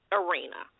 arena